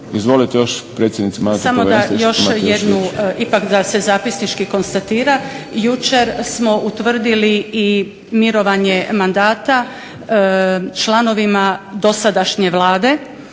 **Sobol, Gordana (SDP)** Samo da još jednu ipak da se zapisnički konstatira jučer smo utvrdili mirovanje mandata članovima dosadašnje Vlade